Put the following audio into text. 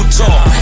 talk